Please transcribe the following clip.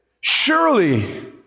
surely